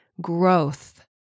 growth